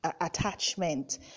attachment